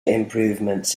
improvements